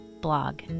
blog